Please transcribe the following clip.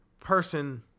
person